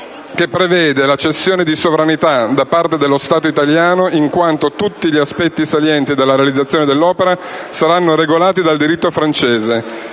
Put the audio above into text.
che prevede la cessione di sovranità da parte dello Stato italiano in quanto tutti gli aspetti salienti della realizzazione dell'opera saranno regolati dal diritto francese.